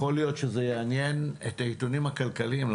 יכול להיות שזה יעניין את העיתונים הכלכליים,